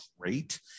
great